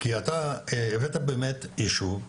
כי אתה הבאת באמת יישוב,